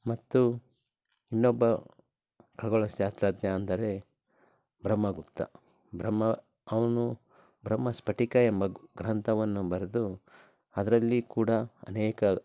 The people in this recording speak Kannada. ಮತ್ತು ಇನ್ನೊಬ್ಬ ಖಗೋಳ ಶಾಸ್ತ್ರಜ್ಞ ಅಂದರೆ ಬ್ರಹ್ಮಗುಪ್ತ ಬ್ರಹ್ಮ ಅವನು ಬ್ರಹ್ಮಸ್ಪಟಿಕ ಎಂಬ ಗ್ರಂಥವನ್ನು ಬರೆದು ಅದರಲ್ಲಿ ಕೂಡ ಅನೇಕ